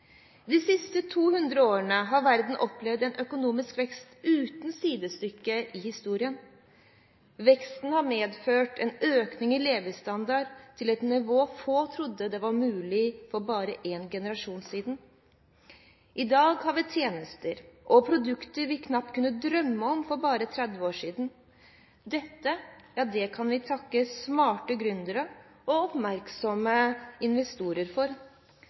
De siste 200 årene har verden opplevd en økonomisk vekst uten sidestykke i historien. Veksten har medført en økning i levestandard til et nivå få trodde var mulig for bare en generasjon siden. I dag har vi tjenester og produkter vi knapt kunne drømme om for bare 30 år siden. Dette kan vi takke smarte gründere og oppmerksomme investorer for.